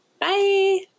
Bye